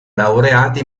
laureata